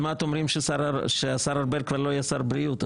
אומרים שעוד מעט השר ארבל כבר לא יהיה שר הבריאות.